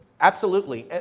absolutely,